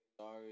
sorry